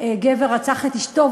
שגבר רצח את אשתו,